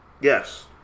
Yes